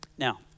Now